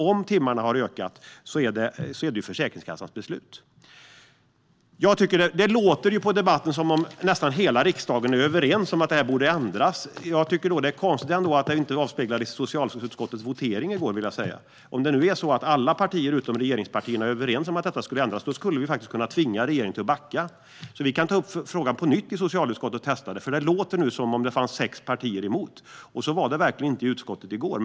Om timmarna har ökat beror det på Försäkringskassans beslut. Det låter i debatten som att nästan alla i riksdagen är överens om att detta borde ändras. Jag tycker att det är konstigt att det inte avspeglades i socialutskottets votering i går. Om nu alla partier utom regeringspartierna är överens om att detta ska ändras borde vi kunna tvinga regeringen att backa. Vi kan ta upp frågan på nytt i socialutskottet och testa. Det låter nu som att det är sex partier som är emot regeringens förslag, men så var det verkligen inte i utskottet i går.